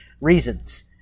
reasons